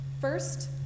First